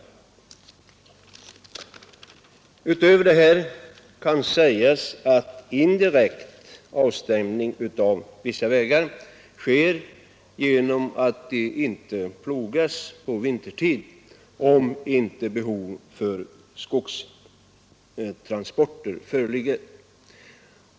Det kan tilläggas att härutöver förekommer en indirekt avstängning av vissa vägar genom att de inte plogas vintertid, om inte behov därav föreligger för skogstransporter.